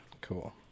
Cool